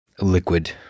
liquid